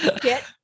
Get